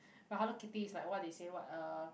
but hello kitty is like what they say what uh